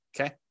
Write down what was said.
okay